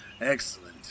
Excellent